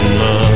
love